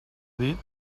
dit